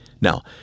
Now